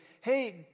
hey